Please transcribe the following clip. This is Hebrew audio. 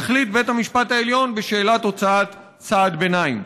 יחליט בית המשפט העליון בשאלת הוצאת צעד ביניים.